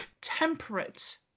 temperate